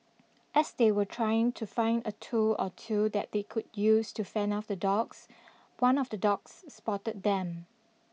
as they were trying to find a tool or two that they could use to fend off the dogs one of the dogs spotted them